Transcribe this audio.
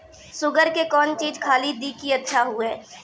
Sugar के कौन चीज खाली दी कि अच्छा हुए?